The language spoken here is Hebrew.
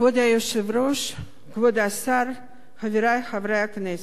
כבוד היושב-ראש, כבוד השר, חברי חברי הכנסת,